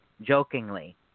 Jokingly